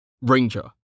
Ranger